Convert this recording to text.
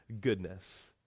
goodness